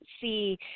see